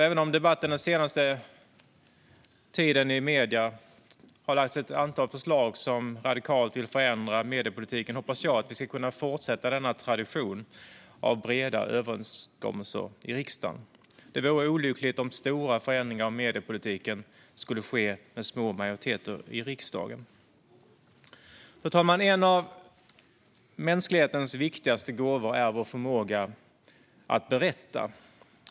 Även om det i debatten i medierna den senaste tiden har lagts fram ett antal förslag där man radikalt vill förändra mediepolitiken hoppas jag att vi ska kunna fortsätta traditionen av breda överenskommelser i riksdagen. Det vore olyckligt om stora förändringar av mediepolitiken skulle ske med små majoriteter i riksdagen. Fru talman! En av mänsklighetens viktigaste gåvor är vår förmåga att berätta.